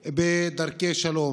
הפוליטית בדרכי שלום.